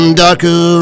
darker